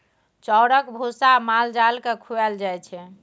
चाउरक भुस्सा माल जाल केँ खुआएल जाइ छै